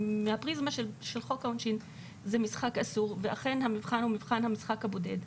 מהפריזמה של חוק העונשין זה משחק אסור ואכן המבחן הוא מבחן המשחק הבודד.